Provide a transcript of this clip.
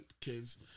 kids